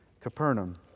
Capernaum